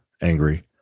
angry